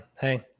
Hey